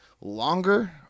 longer